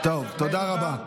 תודה רבה.